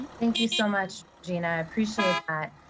thank you so much, georgina. i appreciate that.